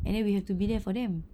and then we have to be there for them